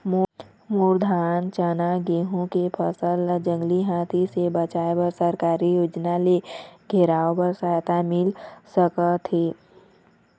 मोर धान चना गेहूं के फसल ला जंगली हाथी ले बचाए बर सरकारी योजना ले घेराओ बर सहायता मिल सका थे?